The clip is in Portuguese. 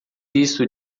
isto